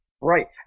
Right